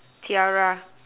tiara